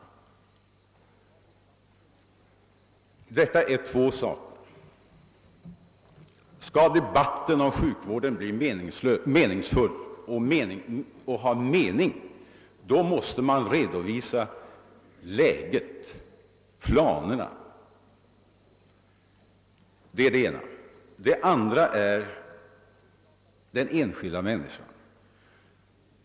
Det gäller här två saker. Skall debatten om sjukvården bli meningsfylld måste man redovisa läget och planerna. Det är det ena. Det andra är den enskilda människan.